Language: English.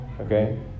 Okay